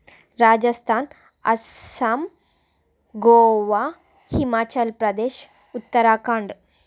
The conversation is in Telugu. రాజస్థాన్ అస్సాం గోవా హిమాచల్ ప్రదేశ్ ఉత్తరాఖండ్